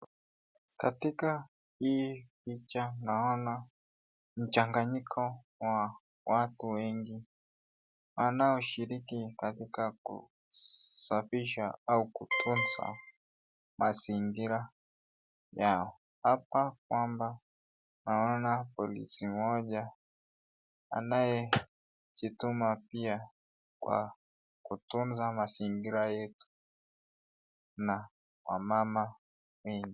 Katika hii picha naona mchanganyiko wa watu wengi wanaoshiriki katika kusafisha au kutunza mazingira yao. Hapa kwamba tunaona polisi mmoja anayejituma pia kwa kutunza mazingira yetu na wamama wengi.